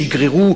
שיגררו,